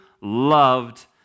loved